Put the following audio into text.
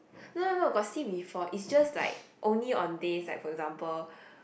no no no got see before it's just like only on days that for example